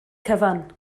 cyfan